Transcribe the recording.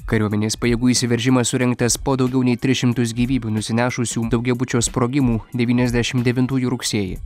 kariuomenės pajėgų įsiveržimas surengtas po daugiau nei tris šimtus gyvybių nusinešusių daugiabučio sprogimų devyniasdešimt devintųjų rugsėjį